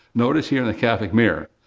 notice here in the catholic mirror.